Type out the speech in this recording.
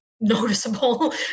noticeable